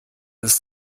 ist